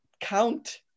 count